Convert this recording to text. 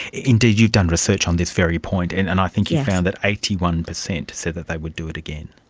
indeed, you've done research on this very point, and and i think you found that eighty one percent said that they would do it again.